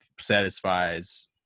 satisfies